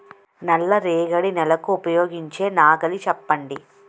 నల్ల రేగడి నెలకు ఉపయోగించే నాగలి చెప్పండి?